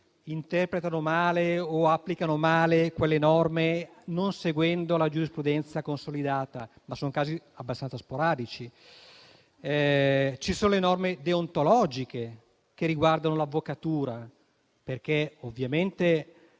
interpretano male o applicano male le norme, non seguendo la giurisprudenza consolidata, ma sono abbastanza sporadici. Ci sono le norme deontologiche che riguardano l'avvocatura, perché ovviamente